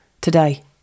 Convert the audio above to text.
today